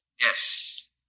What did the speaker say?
Yes